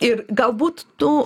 ir galbūt tu